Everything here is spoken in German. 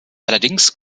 allerdings